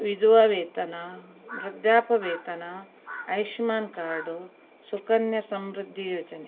ವಿಧವಾ ವೇತನ ವೃದ್ಧಾಪ್ಯವೇತನ ಆಯುಷ್ಮಾನ್ ಕಾರ್ಡು ಸುಕನ್ಯಾ ಸಮೃದ್ಧಿ ಯೋಜನೆ